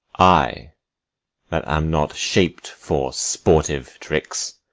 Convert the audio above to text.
i that am not shap'd for sportive tricks,